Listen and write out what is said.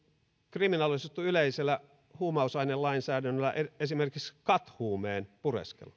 kriminalisoitu yleisellä huumausainelainsäädännöllä esimerkiksi kathuumeen pureskelu